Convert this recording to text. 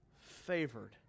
favored